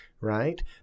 right